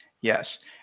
Yes